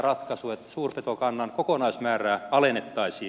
että suurpetokannan kokonaismäärää alennettaisiin